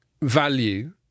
value